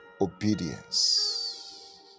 obedience